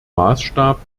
maßstab